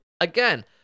again